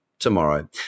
Tomorrow